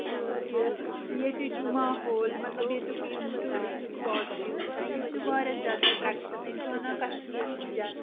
کہِ یتٕچ ماحول مطلب یتیُک یِم ٹیٚورسٹ سُپاٹ چھِ یِم وٕچھان یِم چھِ واریاہ زیادٕ ایٹریکٹ گژھان یِم چھِ ونان کشمیٖر چھُ جنت